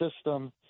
system